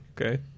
Okay